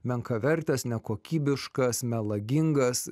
menkavertes nekokybiškas melagingas